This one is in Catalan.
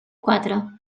quatre